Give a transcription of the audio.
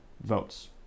votes